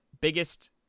Biggest